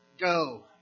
Go